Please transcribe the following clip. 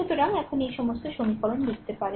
সুতরাং এখন এই সমস্ত সমীকরণ লিখতে পারেন